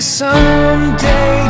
someday